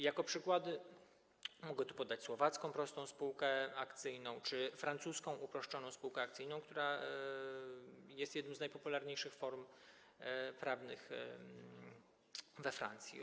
Jako przykłady mogę podać słowacką prostą spółkę akcyjną czy francuską uproszczoną spółkę akcyjną, która jest jedną z najpopularniejszych form prawnych we Francji.